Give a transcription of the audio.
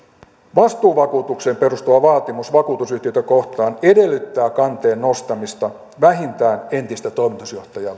vastuuvakuutukseen perustuva vaatimus vakuutusyhtiötä kohtaan edellyttää kanteen nostamista vähintään entistä toimitusjohtajaa